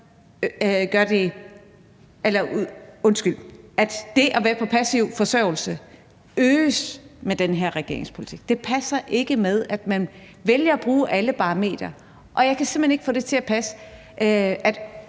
at det at være på passiv forsørgelse øges med den her regerings politik. Det passer ikke sammen med, at man vælger at bruge alle parametre. Jeg kan simpelt hen ikke få det til at passe.